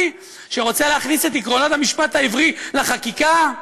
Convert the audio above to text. שרוצה להכניס את עקרונות המשפט העברי לחקיקה?